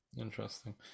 Interesting